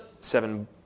seven